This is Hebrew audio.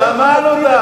שמענו.